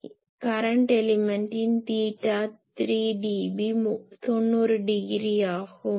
எனவே கரண்ட் எலிமன்ட்டின் theta 3 dB 90 degree ஆகும்